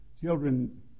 children